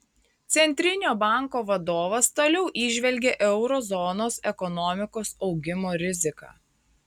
centrinio banko vadovas toliau įžvelgia euro zonos ekonomikos augimo riziką